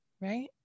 right